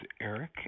Eric